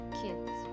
kids